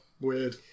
weird